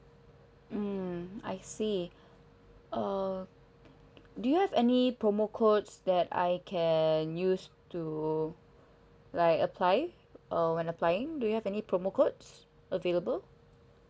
mm I see uh do you have any promo codes that I can use to like apply err when applying do you have any promo codes available